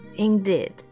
Indeed